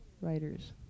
writers